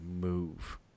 move